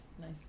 Nice